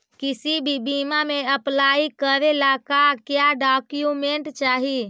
किसी भी बीमा में अप्लाई करे ला का क्या डॉक्यूमेंट चाही?